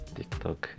TikTok